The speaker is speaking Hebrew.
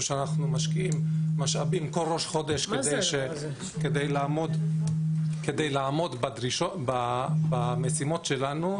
שאנחנו משקיעים בו משאבים כל ראש חודש כדי לעמוד במשימות שלנו,